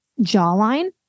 jawline